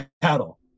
battle